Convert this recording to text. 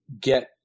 get